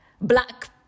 black